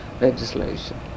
legislation